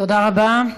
תודה רבה.